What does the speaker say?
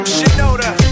Shinoda